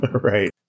Right